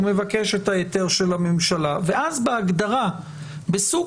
הוא מבקש את ההיתר של הממשלה ואז בהגדרה בסוג